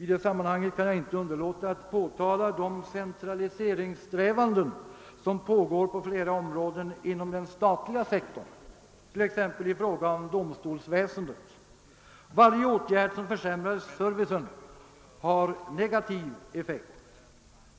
I detta sammanhang kan jag inte underlåta att påtala de centraliseringssträvanden som pågår på flera områden inom den statliga sektorn, t.ex. i fråga am domstolsväsendet. Varje åtgärd som försämrar servicen har negativ effekt.